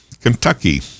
kentucky